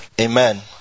amen